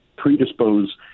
predispose